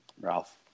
Ralph